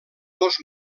dos